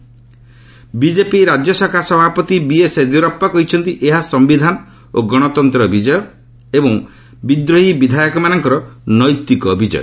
BJP ରାଜ୍ୟଶାଖା ସଭାପତି BS Yediyurappa କହିଛନ୍ତି ଏହା ସମ୍ଭିଧାନ ଓ ଗଣତନ୍ତର ବିଜୟ ଓ ବିଦ୍ରୋହୀ ବିଧାୟକମାନଙ୍କର ନୈତିକ ବିଜୟ